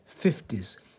fifties